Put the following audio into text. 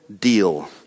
deal